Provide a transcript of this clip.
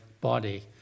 body